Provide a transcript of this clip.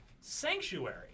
Sanctuary